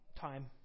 time